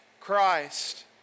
Christ